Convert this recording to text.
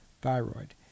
thyroid